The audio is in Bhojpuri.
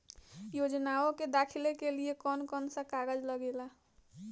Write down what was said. योजनाओ के दाखिले के लिए कौउन कौउन सा कागज लगेला?